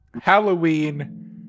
Halloween